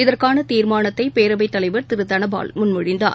இதற்கானதீர்மானத்தைபேரவைத் தலைவர் திருதனபால் முன்மொழிந்தார்